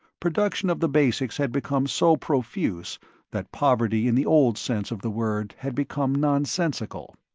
production of the basics had become so profuse that poverty in the old sense of the word had become nonsensical.